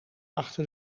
achter